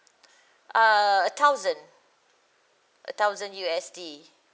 uh thousand a thousand U_S_D